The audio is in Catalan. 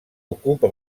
ocupa